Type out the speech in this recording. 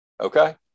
okay